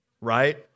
right